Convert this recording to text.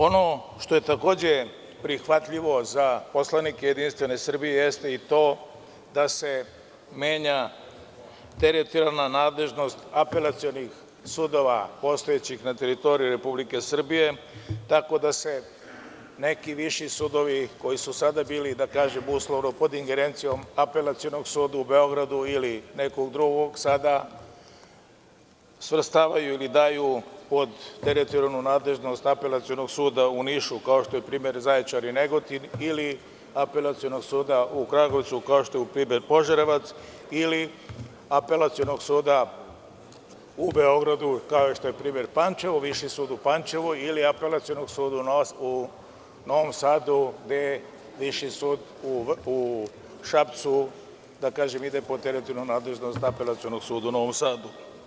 Ono što je takođe prihvatljivo za poslanike Jedinstvene Srbije, jeste i to da se menja teritorijalna nadležnost apelacionih sudova, postojećih na teritoriji Republike Srbije, tako da se neki viši sudovi koji su sada bili, da kažem, uslovno pod ingerencijom Apelacionog suda u Beogradu, ili nekog drugog sada, svrstavaju ili daju pod teritorijalnu nadležnog Apelacionog suda u Nišu, kao što je na primer Zaječar i Negotin, ili Apelacionog suda u Kragujevcu, kao što je primer Požarevac, ili Apelacionog suda u Beogradu, kao što je primer Pančevo, Viši sud u Pančevu, ili Apelacionog suda u Novom Sadu, gde je Viši sud u Šapcu, da kažem, ide pod teritorijalnu nadležnog Apelacionog suda u Novom Sadu.